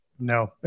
No